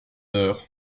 heure